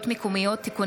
ברשות יושב-ראש הישיבה,